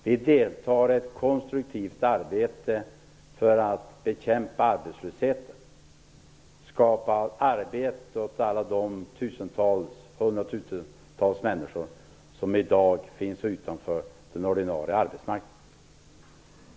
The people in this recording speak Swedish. Vi deltar i ett konstruktivt arbete för att bekämpa arbetslösheten, att skapa arbete åt alla hundratusentals människor som i dag står utanför den ordinarie arbetsmarknaden.